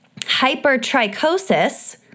hypertrichosis